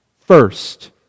first